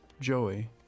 Joey